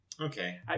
Okay